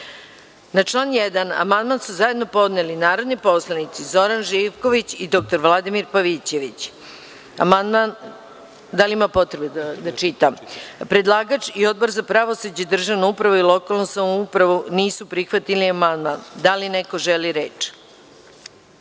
član 1. amandman su zajedno podneli narodni poslanici Zoran Živković i dr Vladimir Pavićević. Predlagač i Odbor za pravosuđe, državnu upravu i lokalnu samoupravu nisu prihvatili amandman. Da li neko želi reč?